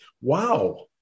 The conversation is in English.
Wow